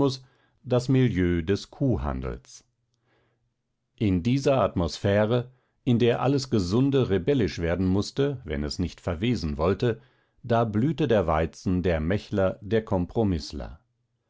das milieu des kuhhandels in dieser atmosphäre in der alles gesunde rebellisch werden mußte wenn es nicht verwesen wollte da blühte der weizen der mächler der